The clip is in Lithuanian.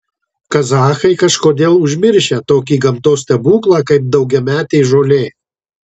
kazachai kažkodėl užmiršę tokį gamtos stebuklą kaip daugiametė žolė